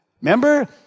Remember